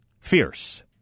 Fierce